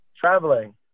Traveling